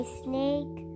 snake